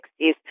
60s